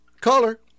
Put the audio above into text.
caller